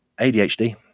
ADHD